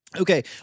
Okay